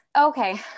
Okay